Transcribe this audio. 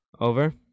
Over